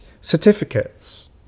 certificates